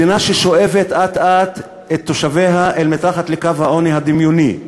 מדינה ששואבת אט-אט את תושביה אל מתחת לקו העוני הדמיוני.